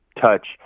touch